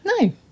No